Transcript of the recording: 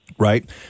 Right